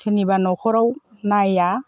सोरनिबा न'खराव नाया